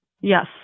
Yes